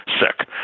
sick